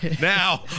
Now